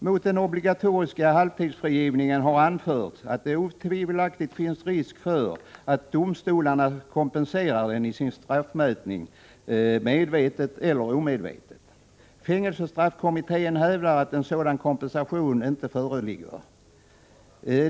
Mot den obligatoriska halvtidsfrigivningen har anförts att det otvivelaktigt finns risk för att domstolarna kompenserar den i sin straffmätning, medvetet eller omedvetet. Fängelsestraffkommittén hävdar att en sådan kompensation inte föreligger.